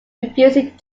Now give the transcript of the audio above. refusing